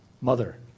mother